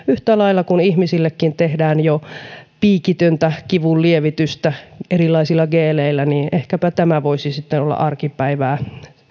yhtä lailla kuin ihmisillekin tehdään jo piikitöntä kivunlievitystä erilaisilla geeleillä ehkä tulevaisuudessa tämä voisi sitten olla arkipäivää